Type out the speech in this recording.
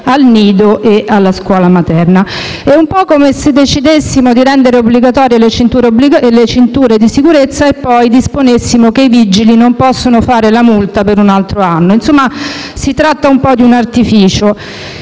nido e alla scuola materna. È un po' che come se decidessimo di rendere obbligatorie le cinture di sicurezza e poi disponessimo che i vigili non possono fare la multa per un altro anno. Insomma, si tratta un po' di un artificio.